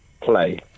Play